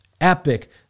epic